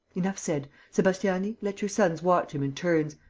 enough said! sebastiani, let your sons watch him in turns.